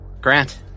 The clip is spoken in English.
Grant